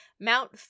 Mount